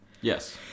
Yes